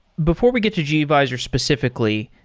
before we get to gvisor specifically,